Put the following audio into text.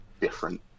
different